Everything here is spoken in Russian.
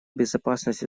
безопасности